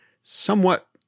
somewhat